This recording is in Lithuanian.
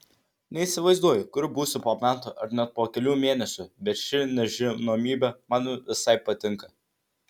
neįsivaizduoju kur būsiu po metų ar net po kelių mėnesių bet ši nežinomybė man visai patinka